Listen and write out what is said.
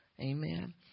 Amen